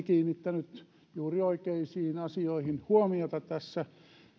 kiinnittänyt juuri oikeisiin asioihin huomiota tässä